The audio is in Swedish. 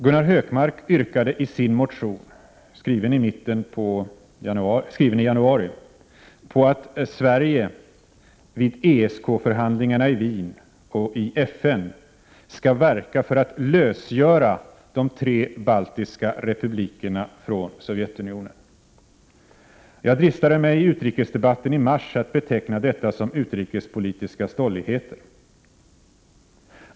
Gunnar Hökmark yrkade i sin motion — skriven i januari — på att Sverige vid ESK-förhandlingarna i Wien och i FN skall verka för att lösgöra de tre baltiska republikerna från Sovjetunionen. Jag dristade mig i utrikesbatten i mars att beteckna detta som utrikespolitiska stolligheter.